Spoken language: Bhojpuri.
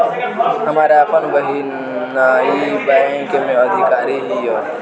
हमार आपन बहिनीई बैक में अधिकारी हिअ